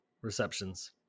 receptions